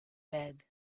bed